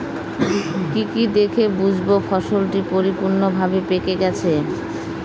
কি কি দেখে বুঝব ফসলটি পরিপূর্ণভাবে পেকে গেছে?